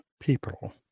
people